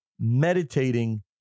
meditating